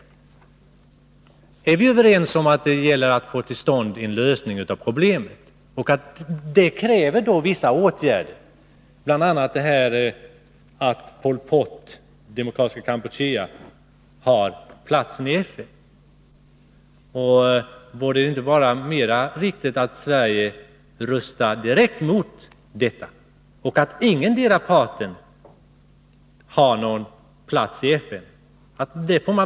Är vi överens när det gäller att få till stånd en lösning av problemet? Härför krävs ju vissa åtgärder, bl.a. när det gäller att Pol Pot berövas sin plats i FN. Borde det inte vara riktigare att Sverige röstar direkt emot detta och att ingendera parten har en plats i FN?